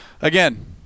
again